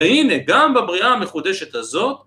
‫והנה, גם בבריאה המחודשת הזאת...